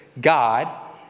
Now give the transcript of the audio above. God